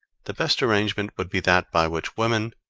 the best arrangement would be that by which women,